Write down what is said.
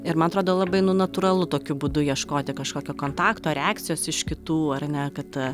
ir man atrodo labai nu natūralu tokiu būdu ieškoti kažkokio kontakto reakcijos iš kitų ar ne kad